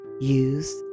Use